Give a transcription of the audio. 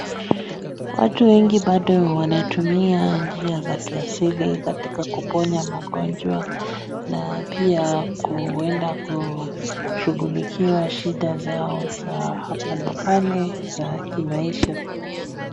Watu wengi bado wanatumia njia za kiasili katika kuponya magonjwa na pia kuenda kushughulikiwa shida zao za hapa na pale za kimaisha.